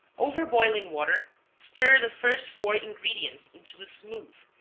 over boiling water stir the first four ingredients into a smooth,